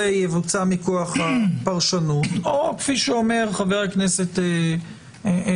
יבוצע מכוח הפרשנות או כפי שאומר חבר הכנסת רוטמן: